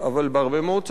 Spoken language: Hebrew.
אבל בהרבה מאוד צדק,